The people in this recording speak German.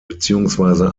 beziehungsweise